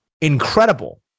incredible